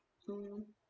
mm